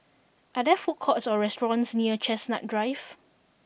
are there food courts or restaurants near Chestnut Drive